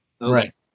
Right